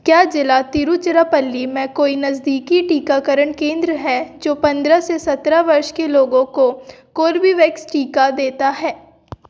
क्या ज़िला तिरुचिरापल्ली में कोई नज़दीकी टीकाकरण केंद्र हैं जो पंद्रह से सत्रह वर्ष के लोगों को कोर्बेवैक्स टीका देते हैं